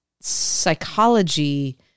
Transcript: psychology